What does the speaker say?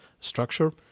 structure